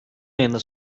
ayında